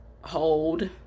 hold